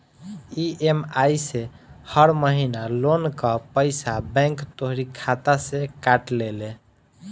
EMI से हर महिना लोन कअ पईसा बैंक तोहरी खाता से काट लेले